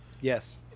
Yes